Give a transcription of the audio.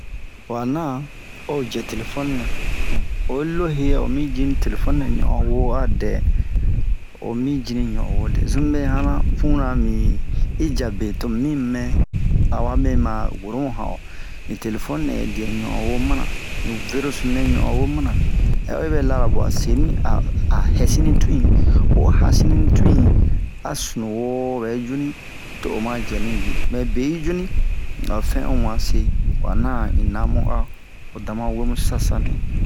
Wa na o jɛ telefoni ne um oyi lo he yɛ omi jini telefoni nɛ ɲo'on wo a dɛ o mi jini ɲo'on wo a dɛ zun mibe hanan puna mi i ja be tomu mi mɛ awo amɛ ma woro mu han'o ni telefoni nɛ diyɛ ɲo'on wo mana ni verosunu nɛ ɲo'on wo mana hɛ o yibɛ lara buwa seni a a hɛsini ni tuyi oyi hasini ni tuyi a sunuzo bɛ ju ni to o ma jɛni ji mɛ be yi ju ni a'o fɛn o wanse wa nan un na mu a o dama wemu sisa-sisanɛ